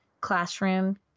classroom